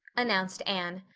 announced anne.